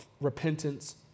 repentance